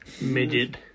Midget